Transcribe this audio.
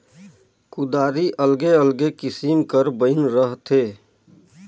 कुदारी अलगे अलगे किसिम कर बइन रहथे